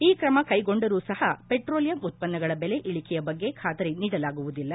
ಈ ಕ್ರಮ ಕೈಗೊಂಡರೂ ಸಹ ಪೆಟ್ರೋಲಿಯಂ ಉತ್ಪನ್ನಗಳ ಬೆಲೆ ಇಳಿಕೆಯ ಬಗ್ಗೆ ಖಾತರಿ ನೀಡಲಾಗುವುದಿಲ್ಲ